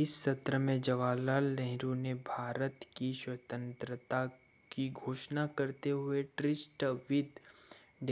इस सत्र में जवाहरलाल नेहरू ने भारत की स्वतंत्रता की घोषणा करते हुए ट्रिस्ट विद